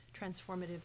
transformative